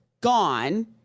gone